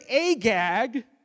Agag